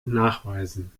nachweisen